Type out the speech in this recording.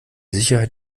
sicherheit